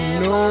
no